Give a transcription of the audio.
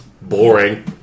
Boring